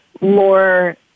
more